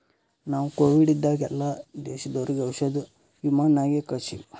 ನಾವು ಕೋವಿಡ್ ಇದ್ದಾಗ ಎಲ್ಲಾ ದೇಶದವರಿಗ್ ಔಷಧಿ ವಿಮಾನ್ ನಾಗೆ ಕಳ್ಸಿವಿ